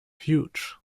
huge